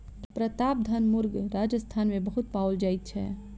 प्रतापधन मुर्ग राजस्थान मे बहुत पाओल जाइत छै